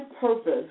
purpose